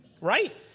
Right